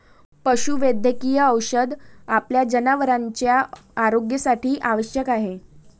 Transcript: पशुवैद्यकीय औषध आपल्या जनावरांच्या आरोग्यासाठी आवश्यक आहे